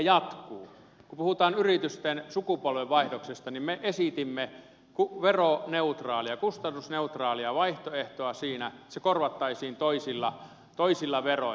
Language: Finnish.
kun puhutaan yritysten sukupolvenvaihdoksesta me esitimme veroneutraalia kustannusneutraalia vaihtoehtoa siinä eli että se korvattaisiin toisilla veroilla